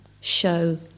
show